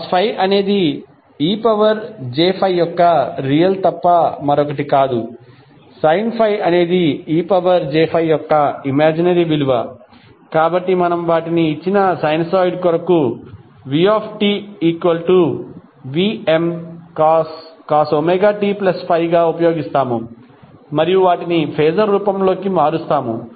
cos ∅ అనేది ej∅ యొక్క real తప్ప మరొకటి కాదు sin ∅ అనేది ej∅ యొక్క ఇమాజినరీ విలువ కాబట్టి మనము వాటిని ఇచ్చిన సైనూసోయిడ్ కొరకుvtVmcos ωt∅ గా ఉపయోగిస్తాము మరియు వాటిని ఫేజర్ రూపంలోకి మారుస్తాము